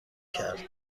کرد